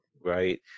Right